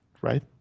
Right